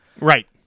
Right